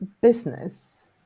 business